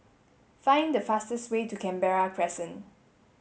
find the fastest way to Canberra Crescent